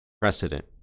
precedent